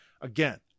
again